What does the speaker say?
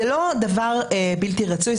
זה לא דבר בלתי רצוי,